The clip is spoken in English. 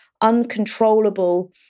Uncontrollable